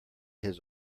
his